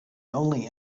only